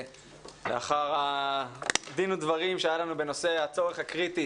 לאחר דין ודברים שהיה לנו בנושא הצורך הקריטי